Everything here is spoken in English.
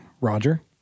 Roger